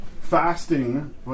Fasting